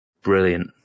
brilliant